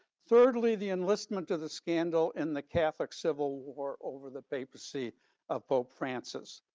thirdly, the enlistment to the scandal in the catholic civil war over the papacy of pope francis.